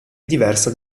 diversa